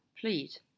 please